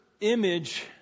image